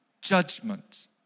judgment